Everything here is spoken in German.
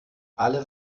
alle